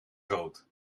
rood